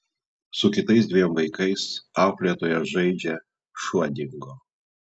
su kitais dviem vaikais auklėtoja žaidžia šuo dingo